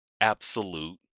absolute